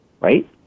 right